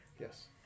Yes